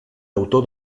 autor